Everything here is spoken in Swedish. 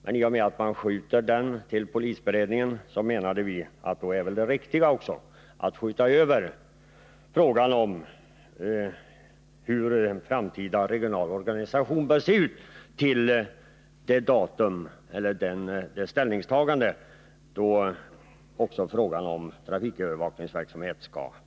Men i och med att man skjuter över den saken till polisberedningen, så menade vi att det riktiga borde vara att också skjuta över frågan om hur en framtida regional organisation bör se ut tills vi skall ta ställning till frågan om trafikövervakningsverksamheten.